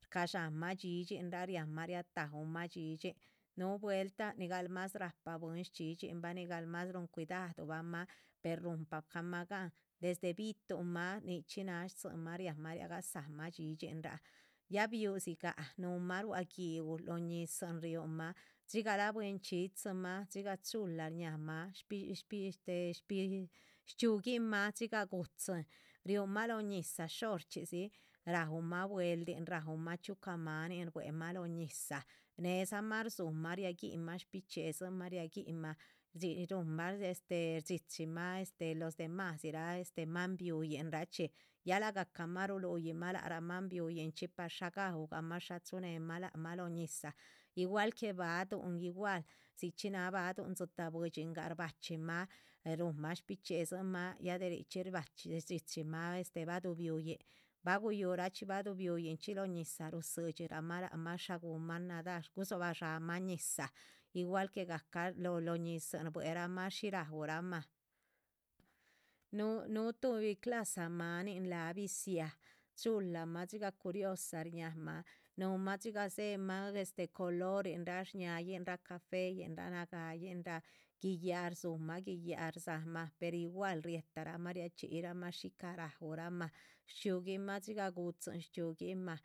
Shcadxánmah dhxídhxinraa riahmah riataumah dhxídhxin núhu vueltah nigal más rahpa bwín lác shchxidhxinbah, nigal mas ruhun cuidaduhbah mah per ruhun pacahmah gán. desde bi´tuhn mah nichxí náha stzínmah rúhunmah riagadzámah dhxídhxinraa, ya biu´dzigah núhu mah ruá gi´uh lóho ñizihn riúhmah dxigah la´buenchxídzimah. dxigah chula shñáhamah shpi shpi este sh´pi shcxíuguinmah dxigah gu´dzin riúmah lóho ñizah shorchxídzi ráumah bweeldin raúmah chxíucah maanin shbuéhemah lóho ñizah. néhedzamah rzuhumah riagihinmah shbichxiedzamah riáha guihinmah shdxi ruhunmah este shdxichimah los demás dzirah máan biuhinrahchxí ya lagahcamah ruluhimah. lac rah máan bihuiyinchxi par shá gauhgah mah shá chuhu nehmah lac mah lóho ñizah igual que ba´duhn, igual dzichxí náha ba´duhn dzitáh buidxin gah shbachxímah. rúhunmah shbichxidzinmah ya de richxí shbachxí shdxí chimah este ba´duh bihuyin ba guyurahcxí ba´duh bihuyin chxí lóho ñizah rudzidxirahmah lac mah shá, guhunmah nadar. gudzóbah shámah ñizah, igual que gahca lóho lóho ñizihn, sh bue rahmah shí raúramah núh núhu tuhbi clasa máanin nin láha biziáha, chulamah dxigah curiosa shñáhamah. nuhumah dxigah dzéhemah este colorin rah shñahayin rah rah cafeyinrah nagáayinrah guiyáh rdzúhumah guiyáha rdzámah per igual riéhtaramah riachxí yih ramah shi ca´ raúramah. shchxíuguin mah dxiga gu´dizn shchxíuguinmah